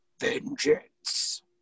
vengeance